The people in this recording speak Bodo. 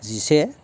जिसे